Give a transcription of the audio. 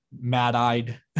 mad-eyed